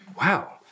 wow